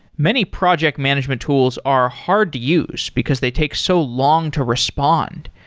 many project management tools are hard to use because they take so long to respond,